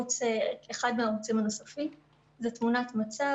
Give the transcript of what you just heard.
זה אחד מהערוצים הנוספים לתמונת מצב.